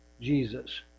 Jesus